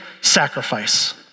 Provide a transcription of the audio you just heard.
sacrifice